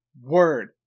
word